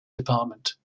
department